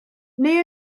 neu